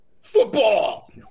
Football